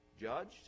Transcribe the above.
Judged